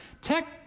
tech